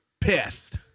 Pissed